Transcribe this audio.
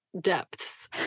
depths